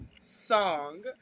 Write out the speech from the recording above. song